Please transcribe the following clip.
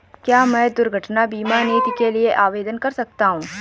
क्या मैं दुर्घटना बीमा नीति के लिए आवेदन कर सकता हूँ?